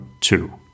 two